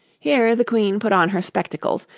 here the queen put on her spectacles,